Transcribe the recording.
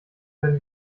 werden